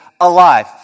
alive